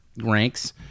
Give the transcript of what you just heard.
ranks